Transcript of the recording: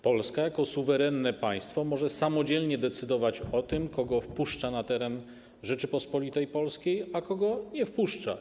Polska jako suwerenne państwo może samodzielnie decydować o tym, kogo wpuszcza na teren Rzeczypospolitej Polskiej, a kogo nie wpuszcza.